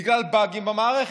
בגלל באגים במערכת.